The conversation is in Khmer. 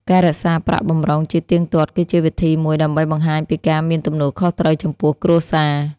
ការរក្សាប្រាក់បម្រុងជាទៀងទាត់គឺជាវិធីមួយដើម្បីបង្ហាញពីការមានទំនួលខុសត្រូវចំពោះគ្រួសារ។